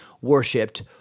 worshipped